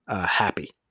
happy